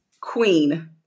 queen